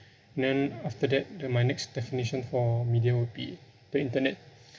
and then after that uh my next definition for media will be the internet